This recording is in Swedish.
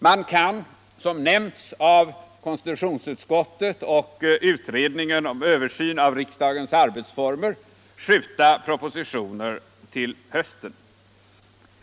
Man kan som nämnts av konstitutionsutskottet och utredningen om riksdagens arbetsformer skjuta propositioner till hösten.